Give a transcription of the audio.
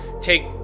take